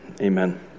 Amen